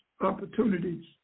opportunities